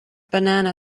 banana